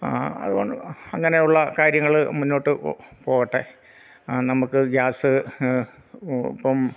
അതുകൊണ്ട് അങ്ങനെയുള്ള കാര്യങ്ങള് മുന്നോട്ട് പോവട്ടെ നമുക്ക് ഗ്യാസ്സ് ഇപ്പം